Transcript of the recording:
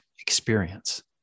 experience